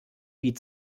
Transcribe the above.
wie